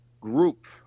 group